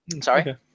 Sorry